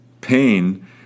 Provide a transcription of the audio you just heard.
Pain